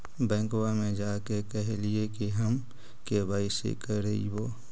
बैंकवा मे जा के कहलिऐ कि हम के.वाई.सी करईवो?